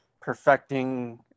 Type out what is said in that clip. perfecting